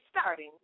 starting